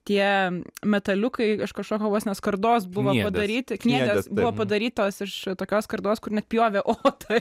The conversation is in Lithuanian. tie metaliukai iš kažkokio vos ne skardos buvo padaryti kniedės buvo padarytos iš tokios skardos kur net pjovė o taip